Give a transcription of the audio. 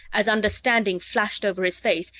as understanding flashed over his face,